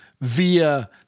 via